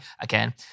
Again